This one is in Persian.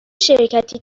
شرکتی